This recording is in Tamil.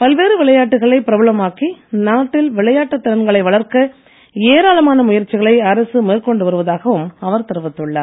பல்வேறு விளையாட்டுகளை பிரபலமாக்கி நாட்டில் விளையாட்டு திறன்களை வளர்க்க ஏராளமான முயற்சிகளை அரசு மேற்கொண்டு வருவதாகவும் அவர் தெரிவித்துள்ளார்